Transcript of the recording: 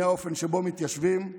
מהאופן שבו מתיישבים,